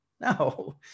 no